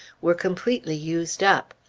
were completely used up.